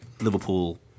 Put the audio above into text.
Liverpool